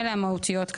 הכנסת לזימי,